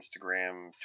Instagram